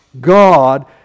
God